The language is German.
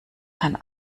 kann